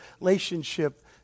relationship